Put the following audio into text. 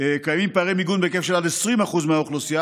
קיימים פערי מיגון בהיקף של עד 20% מהאוכלוסייה,